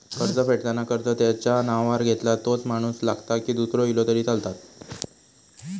कर्ज फेडताना कर्ज ज्याच्या नावावर घेतला तोच माणूस लागता की दूसरो इलो तरी चलात?